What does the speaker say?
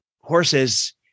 horses